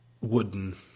wooden